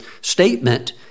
statement